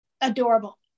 adorable